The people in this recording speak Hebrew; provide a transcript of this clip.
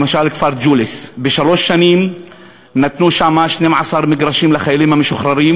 למשל הכפר ג'וליס: בשלוש שנים נתנו שם 12 מגרשים לחיילים משוחררים,